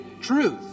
truth